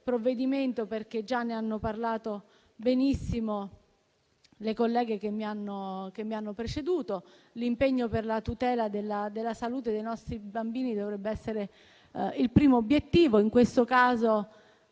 provvedimento in esame, perché già ne hanno parlato benissimo le colleghe che mi hanno preceduto. L'impegno per la tutela della salute dei nostri bambini dovrebbe essere il primo obiettivo: in questo caso